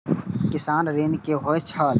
किसान ऋण की होय छल?